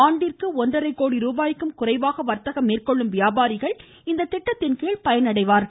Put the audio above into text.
ஆண்டிற்கு ஒன்றரை கோடி ருபாய்க்கும் குறைவாக வர்த்தகம் மேற்கொள்ளும் வியாபாரிகள் இத்திட்டத்தின்கீழ் பயனடைவார்கள்